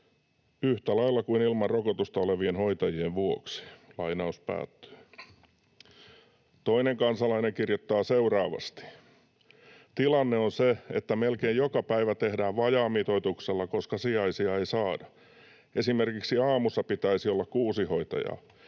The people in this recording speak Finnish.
yhtä lailla kuin ilman rokotusta olevien hoitajien vuoksi.” Toinen kansalainen kirjoittaa seuraavasti: ”Tilanne on se, että melkein joka päivä tehdään vajaamitoituksella, koska sijaisia ei saada. Esimerkiksi aamussa pitäisi olla kuusi hoitajaa.